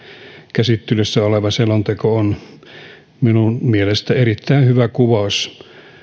käsittelyssä oleva selonteko ovat minun mielestäni erittäin hyvä kuvaus